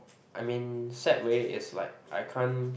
I mean sad way is like I can't